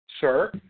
sir